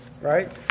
Right